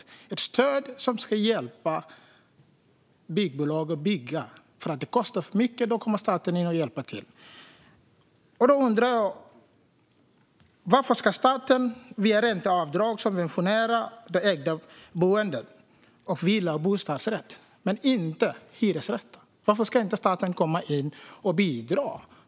Detta stöd ska ju hjälpa byggbolag att bygga då det kostar för mycket. Staten kommer in och hjälper till. Jag undrar varför staten via ränteavdrag ska subventionera det ägda boendet i villa och bostadsrätt men inte hyresrätten? Varför kan staten inte komma in och bidra här?